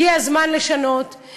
הגיע הזמן לשנות,